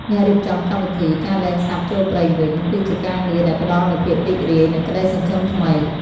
អ្នករៀបចំកម្មវិធី "ការលែងសត្វចូលព្រៃវិញ" គឺជាការងារដែលផ្តល់នូវភាពរីករាយ និងក្តីសង្ឃឹមថ្មី។